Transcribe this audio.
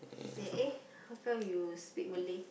say eh how come you speak Malay